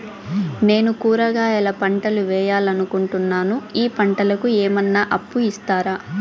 నేను కూరగాయల పంటలు వేయాలనుకుంటున్నాను, ఈ పంటలకు ఏమన్నా అప్పు ఇస్తారా?